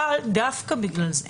אבל דווקא בגלל זה